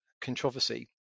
controversy